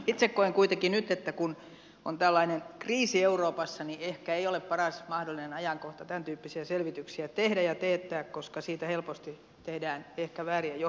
itse koen kuitenkin nyt että kun on tällainen kriisi euroopassa niin ehkä ei ole paras mahdollinen ajankohta tämäntyyppisiä selvityksiä tehdä ja teettää koska siitä helposti tehdään ehkä vääriä johtopäätöksiä